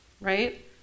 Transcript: right